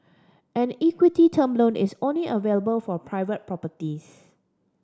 an equity term loan is only available for private properties